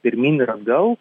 pirmyn ir atgal